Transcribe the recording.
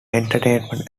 entertainment